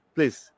Please